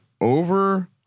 over